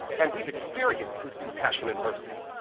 and we've experienced his compassion and mercy.